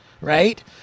right